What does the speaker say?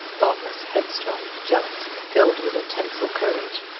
thoughtless, headstrong, jealous, and filled with a tinsel courage.